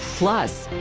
plus,